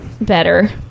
better